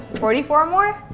forty four more?